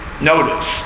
Notice